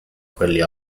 quelli